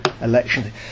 election